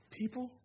people